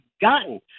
gotten